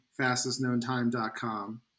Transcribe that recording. fastestknowntime.com